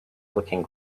looking